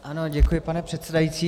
Ano, děkuji, pane předsedající.